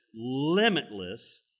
limitless